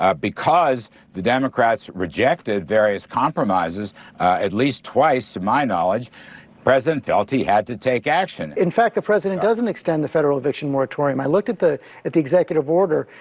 ah because the democrats rejected various compromises at least twice, to my knowledge, the president felt he had to take action. in fact, the president doesn't extend the federal eviction moratorium. i looked at the at the executive order.